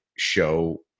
show